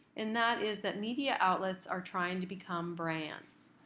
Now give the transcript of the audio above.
and that is that media outlets are trying to become brands.